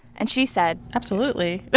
and she said. absolutely.